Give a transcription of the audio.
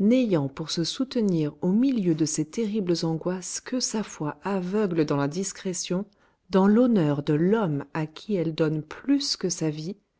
n'ayant pour se soutenir au milieu de ses terribles angoisses que sa foi aveugle dans la discrétion dans l'honneur de l'homme à qui elle donne plus que sa vie